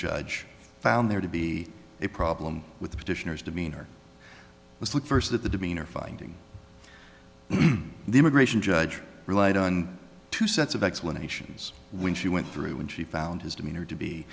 judge found there to be a problem with the petitioners demeanor let's look first at the demeanor finding the immigration judge relied on two sets of explanations when she went through when she found his demeanor to be